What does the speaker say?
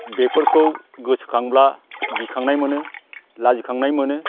बेफोरखौ गोसोखांब्ला गिखांनाय मोनो लाजिखांनाय मोनो